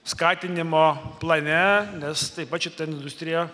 skatinimo plane nes taip pat šita industrija